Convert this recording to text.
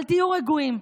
אבל תהיו רגועים,